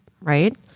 right